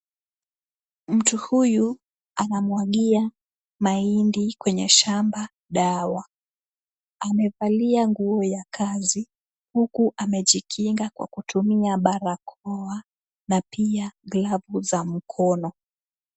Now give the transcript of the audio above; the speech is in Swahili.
Mtu huyu anamwagia mahindi kwenye shamba dawa. Amevalia nguo ya kazi, huku amejikinga kwa kutumia barakoa na pia glavu za mkono.